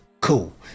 cool